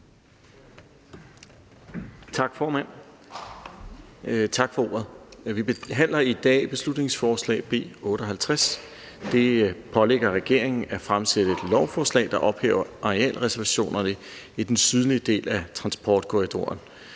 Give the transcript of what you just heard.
Tak for ordet, formand. Vi behandler i dag beslutningsforslag B 58, som pålægger regeringen at fremsætte et lovforslag, der ophæver arealreservationerne i den sydlige del af transportkorridoren.